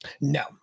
no